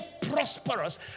prosperous